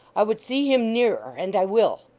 i would see him nearer, and i will.